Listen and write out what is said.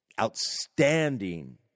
outstanding